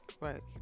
right